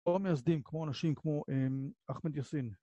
או מייסדים כמו, אנשים כמו אחמד יאסין.